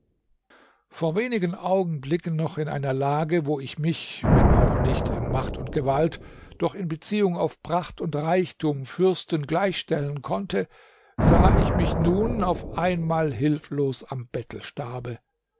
vor wenigen augenblicken noch in einer lage wo ich mich wenn auch nicht an macht und gewalt doch in beziehung auf pracht und reichtum fürsten gleichstellen konnte sah ich mich nun auf einmal hilflos am